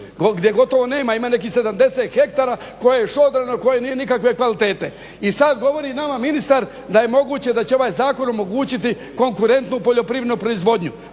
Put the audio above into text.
gdje gotovo nema, ima nekih 70 hektara koje je šodrano, koje nije nikakve kvalitete. I sad govori nama ministar da je moguće, da će ovaj zakon omogućiti konkurentnu poljoprivrednu proizvodnju.